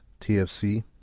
TFC